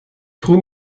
groen